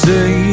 Say